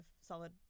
solid